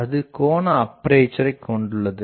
அது கோண அப்பேசரை கொண்டுள்ளது